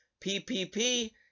PPP